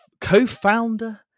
co-founder